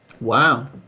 wow